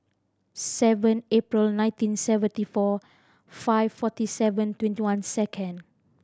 seven April nineteen seventy four five forty seven twenty one second